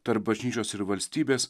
tarp bažnyčios ir valstybės